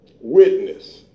witness